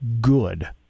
good